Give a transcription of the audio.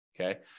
okay